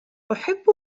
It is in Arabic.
أحب